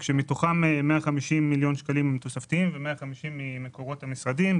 מתוכם 150 מיליון שקלים הם תוספתיים ו-150 הם ממקורות של המשרדים.